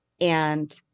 and-